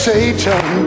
Satan